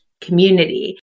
community